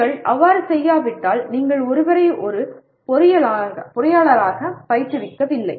நீங்கள் அவ்வாறு செய்யாவிட்டால் நீங்கள் ஒருவரை ஒரு பொறியாளராகப் பயிற்றுவிக்கவில்லை